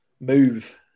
move